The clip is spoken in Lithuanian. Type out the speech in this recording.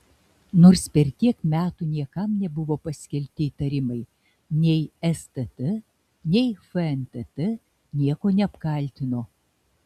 nors per tiek metų niekam nebuvo paskelbti įtarimai nei stt nei fntt nieko neapkaltino